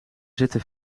zitten